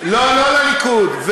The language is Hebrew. אולי תצטרף לליכוד, לא, לא לליכוד,